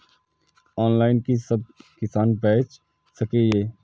Online कि सब किसान बैच सके ये?